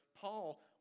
Paul